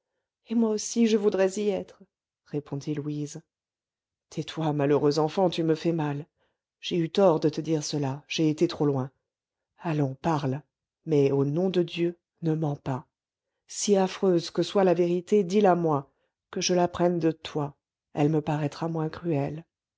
et moi aussi je voudrais y être répondit louise tais-toi malheureuse enfant tu me fais mal j'ai eu tort de te dire cela j'ai été trop loin allons parle mais au nom de dieu ne mens pas si affreuse que soit la vérité dis-la-moi que je l'apprenne de toi elle me paraîtra moins cruelle